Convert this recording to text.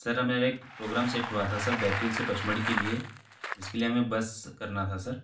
sir हमारा एक programme set हुआ था सर बैतुल से पचमढ़ी के लिए जिसके लिए हमें बस करना था सर